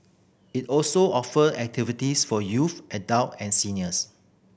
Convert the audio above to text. it also offer activities for youth adult and seniors